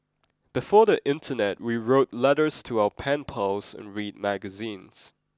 before the internet we wrote letters to our pen pals and read magazines